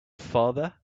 father